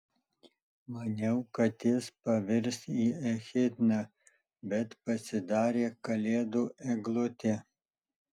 maniau kad jis pavirs į echidną bet pasidarė kalėdų eglutė